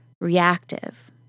reactive